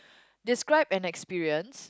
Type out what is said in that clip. describe an experience